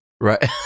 Right